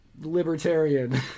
libertarian